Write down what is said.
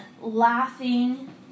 laughing